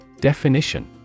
Definition